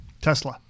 Tesla